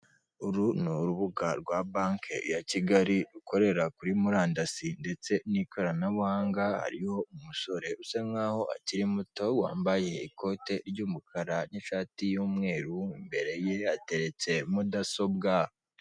Uru ni urubuga rwa banki ya Kigali rukorera kuri murandasi, ndetse n'ikoranabuhanga hariho umusore usa nkaho akiri muto wambaye ikote ry'umukara n'ishati y'umweru, imbere ye hateretse mudasobwa.